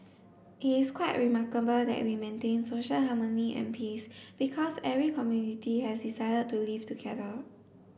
it is quite remarkable that we maintain social harmony and peace because every community has decided to live together